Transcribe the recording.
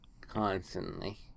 constantly